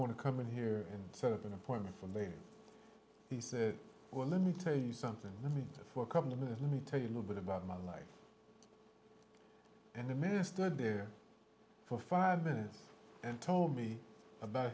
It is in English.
want to come in here and sort of an appointment for later he said well let me tell you something let me for a couple of minutes let me tell you a little bit about my life and the minister there for five minutes and told me about